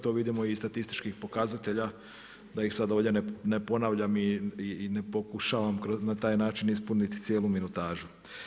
To vidimo iz statističkih pokazatelja, da ih ovdje ne ponavljam i ne pokušavam na taj način ispuniti cijelu minutažu.